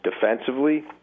defensively